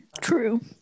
True